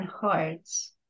hearts